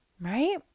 right